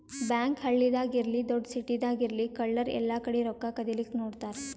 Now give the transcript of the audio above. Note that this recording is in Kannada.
ಬ್ಯಾಂಕ್ ಹಳ್ಳಿದಾಗ್ ಇರ್ಲಿ ದೊಡ್ಡ್ ಸಿಟಿದಾಗ್ ಇರ್ಲಿ ಕಳ್ಳರ್ ಎಲ್ಲಾಕಡಿ ರೊಕ್ಕಾ ಕದಿಲಿಕ್ಕ್ ನೋಡ್ತಾರ್